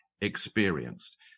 experienced